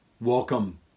Welcome